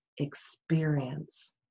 experience